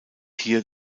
hier